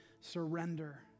surrender